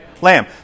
lamb